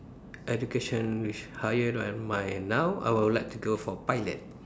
education which higher than my now I would like to go for pilot